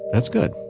that's good.